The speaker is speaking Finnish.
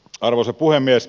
arvoisa puhemies